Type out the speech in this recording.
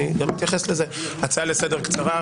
במסגרת ההצעה לסדר,